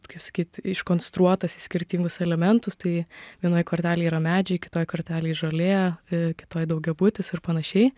kaip sakyt iškonstruotas į skirtingus elementus tai vienoj kortelėj yra medžiai kitoj kortelėj žolė kitoj daugiabutis ir panašiai